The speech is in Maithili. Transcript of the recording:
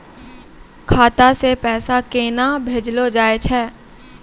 खाता से पैसा केना भेजलो जाय छै?